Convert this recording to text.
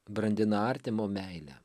brandina artimo meilę